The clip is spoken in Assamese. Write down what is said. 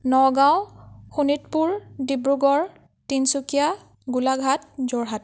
নগাঁও শোণিতপুৰ ডিব্ৰুগড় তিনিচুকীয়া গোলাঘাট যোৰহাট